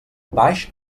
baix